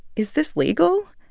is this legal?